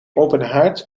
openhaard